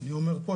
אני אומר פה,